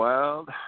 Wild